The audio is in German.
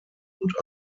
und